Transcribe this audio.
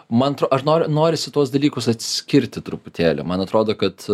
mantro aš noriu norisi tuos dalykus atskirti truputėlį man atrodo kad